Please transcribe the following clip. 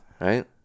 right